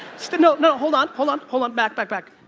no no, hold on, hold on, hold on, back back back.